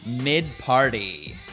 mid-party